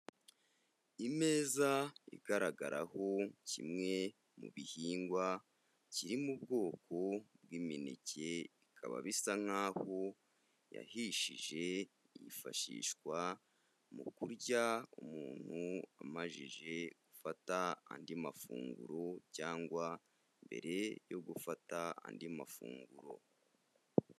Imeza igaragaraho kimwe mu bihingwa kiri mu bwoko bw'imineke bikaba bisa nk'aho yahishije, yifashishwa mu kurya umuntu amajije gufata andi mafunguro cyangwa mbere yo gufata andi mafunguro.